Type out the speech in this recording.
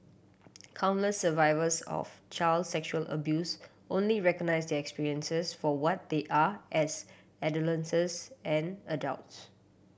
countless survivors of child sexual abuse only recognise their experiences for what they are as adolescence and adults